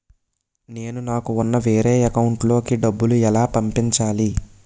నేను నాకు ఉన్న వేరే అకౌంట్ లో కి డబ్బులు ఎలా పంపించాలి?